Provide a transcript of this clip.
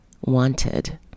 wanted